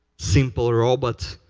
simple robot,